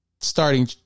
starting